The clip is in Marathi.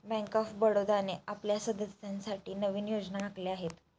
बँक ऑफ बडोदाने आपल्या सदस्यांसाठी नवीन योजना आखल्या आहेत